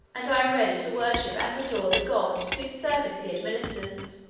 and i am ready to worship and adore the god whose service he administers.